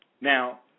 Now